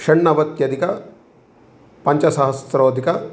षण्णवत्यधिक पञ्चसहस्राधिक